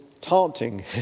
taunting